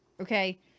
Okay